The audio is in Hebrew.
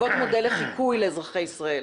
להוות מודל לחיקוי לאזרחי ישראל,